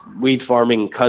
weed-farming